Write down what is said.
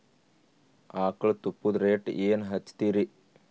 ಆಕಳ ತುಪ್ಪದ ರೇಟ್ ಏನ ಹಚ್ಚತೀರಿ?